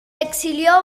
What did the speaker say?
exilió